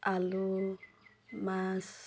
আলু মাছ